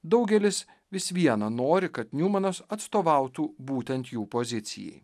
daugelis vis viena nori kad niumanas atstovautų būtent jų pozicijai